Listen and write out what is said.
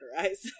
eyes